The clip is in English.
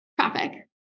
traffic